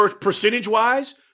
percentage-wise